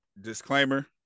Disclaimer